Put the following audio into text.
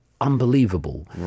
unbelievable